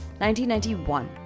1991